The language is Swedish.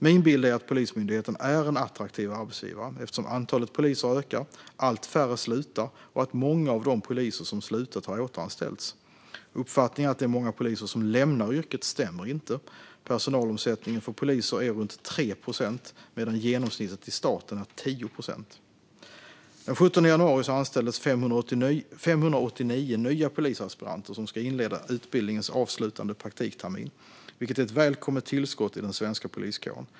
Min bild är att Polismyndigheten är en attraktiv arbetsgivare eftersom antalet poliser ökar, allt färre slutar och att många av de poliser som slutat har återanställts. Uppfattningen att det är många poliser som lämnar yrket stämmer inte. Personalomsättningen för poliser är runt 3 procent, medan genomsnittet i staten är 10 procent. Den 17 januari anställdes 589 nya polisaspiranter som ska inleda utbildningens avslutande praktiktermin, vilket är ett välkommet tillskott i den svenska poliskåren.